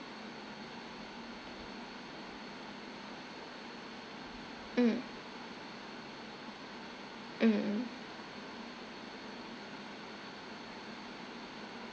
mm mm